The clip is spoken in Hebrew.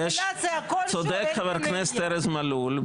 צודק חבר כנסת ארז מלול,